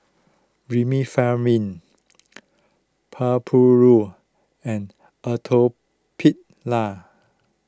Remifemin and Atopiclair